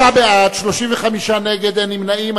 שישה בעד, 35 נגד, אין נמנעים.